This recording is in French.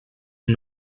est